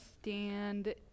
stand